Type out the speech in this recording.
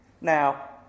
Now